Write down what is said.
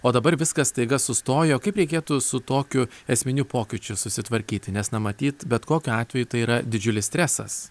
o dabar viskas staiga sustojo kaip reikėtų su tokiu esminiu pokyčiu susitvarkyti nes na matyt bet kokiu atveju tai yra didžiulis stresas